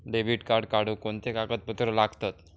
Debit card काढुक कोणते कागदपत्र लागतत?